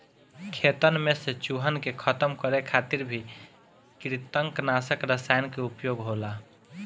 खेतन में से चूहन के खतम करे खातिर भी कृतंकनाशक रसायन के उपयोग होला